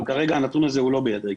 אבל כרגע הנתון הזה הוא לא בידי.